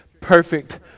perfect